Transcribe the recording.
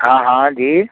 हँ हँ जी